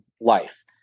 life